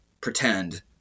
pretend